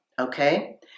okay